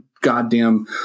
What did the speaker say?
goddamn